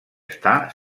està